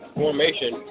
formation